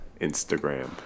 Instagram